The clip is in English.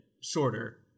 shorter